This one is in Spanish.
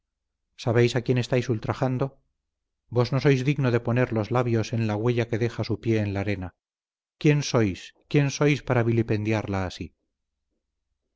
sabéis a quién estáis ultrajando vos no sois digno de poner los labios en la huella que deja su pie en la arena quién sois quién sois para vilipendiarla así